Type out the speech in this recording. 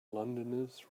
londoners